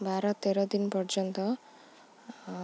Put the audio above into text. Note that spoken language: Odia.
ବାର ତେର ଦିନ ପର୍ଯ୍ୟନ୍ତ